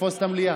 לתפוס את המליאה.